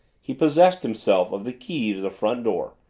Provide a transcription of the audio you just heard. he possessed himself of the key to the front door,